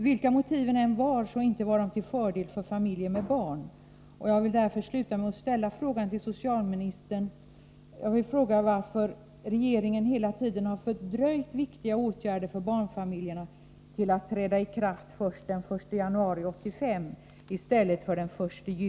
Vilka motiven än var — inte var det till fördel för familjer med barn.